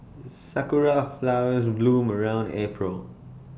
Sakura Flowers bloom around April